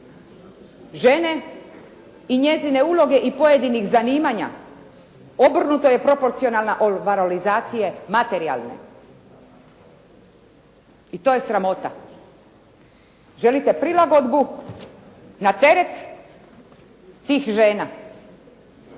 žene i njezine uloge i pojedinih zanimanja obrnuto je proporcionalna od valorizacije materijalne. I to je sramota. Želite prilagodbu na teret tih žena